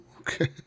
Okay